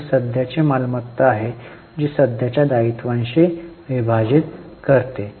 ही सध्याची मालमत्ता आहे जी सध्याच्या दायित्वांनी विभाजित आहे